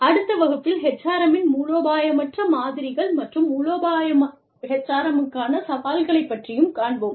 அடுத்த வகுப்பில் HRM இன் மூலோபாயமற்ற மாதிரிகள் மற்றும் மூலோபாய HRM க்கான சவால்களை பற்றியும் காண்போம்